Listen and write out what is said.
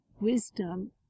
wisdom